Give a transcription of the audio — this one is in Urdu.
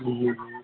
جی جی